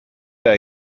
der